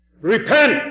Repent